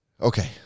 Okay